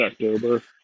October